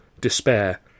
despair